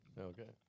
Okay